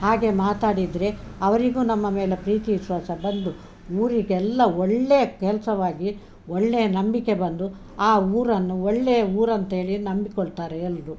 ಹಾಗೆ ಮಾತಾಡಿದರೆ ಅವರಿಗೂ ನಮ್ಮ ಮೇಲೆ ಪ್ರೀತಿ ವಿಶ್ವಾಸ ಬಂದು ಊರಿಗೆಲ್ಲ ಒಳ್ಳೆಯ ಕೆಲಸವಾಗಿ ಒಳ್ಳೆಯ ನಂಬಿಕೆ ಬಂದು ಆ ಊರನ್ನು ಒಳ್ಳೆಯ ಊರಂತೇಳಿ ನಂಬಿಕೊಳ್ತಾರೆ ಎಲ್ಲರೂ